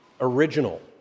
original